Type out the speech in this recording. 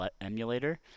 emulator